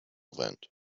vent